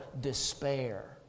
despair